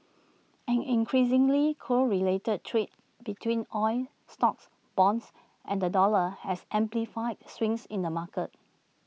an increasingly correlated trade between oil stocks bonds and the dollar has amplified swings in the markets